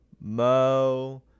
mo